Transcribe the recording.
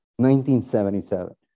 1977